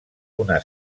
una